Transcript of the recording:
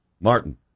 Martin